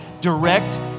direct